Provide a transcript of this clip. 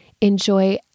Enjoy